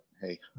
hey